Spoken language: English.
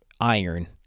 iron